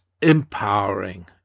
empowering